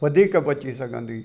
वधीक बची सघंदी